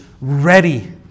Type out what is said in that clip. ready